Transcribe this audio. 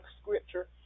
scripture